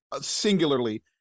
singularly